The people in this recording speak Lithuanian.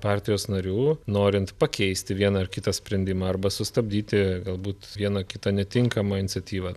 partijos narių norint pakeisti vieną ar kitą sprendimą arba sustabdyti galbūt vieną kitą netinkamą iniciatyvą